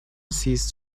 ceased